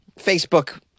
Facebook